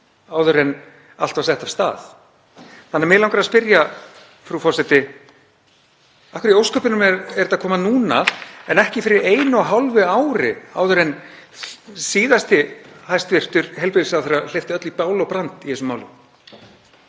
áður en allt var sett af stað. Þannig að mig langar að spyrja, frú forseti: Af hverju í ósköpunum er þetta að koma núna en ekki fyrir einu og hálfu ári, áður en síðasti hæstv. heilbrigðisráðherra hleypt öllu í bál og brand í þessum málum?